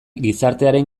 gizartearen